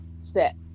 step